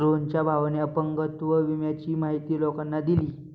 रोहनच्या भावाने अपंगत्व विम्याची माहिती लोकांना दिली